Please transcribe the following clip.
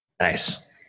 Nice